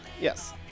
yes